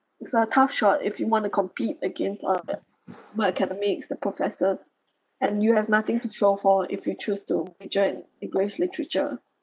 it's a tough shot if you want to compete against all of them like academics the professors and you have nothing to show for if you choose to major in english literature